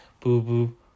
boo-boo